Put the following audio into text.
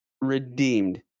redeemed